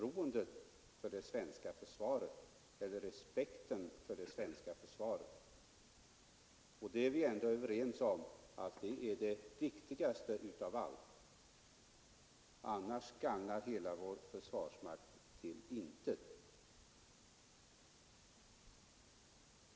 Det kan inte vara ägnat att stärka respekten för det svenska försvaret — och det är vi ju överens om är det viktigaste av allt; annars gagnar hela vår försvarsmakt till intet.